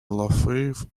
lafave